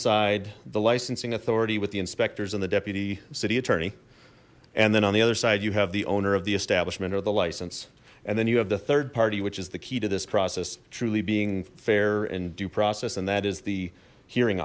side the licensing authority with the inspectors in the deputy city attorney and then on the other side you have the owner of the establishment or the license and then you have the third party which is the key to this process truly being fair and due process and that is the hearing